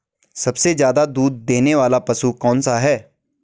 सबसे ज़्यादा दूध देने वाला पशु कौन सा है?